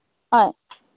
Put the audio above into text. অঁ